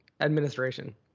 administration